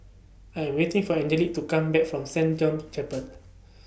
I Am waiting For Angelic to Come Back from Saint John's Chapel